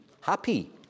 ...happy